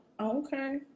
okay